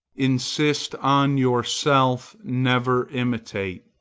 insist on yourself never imitate.